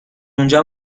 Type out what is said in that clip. اونجا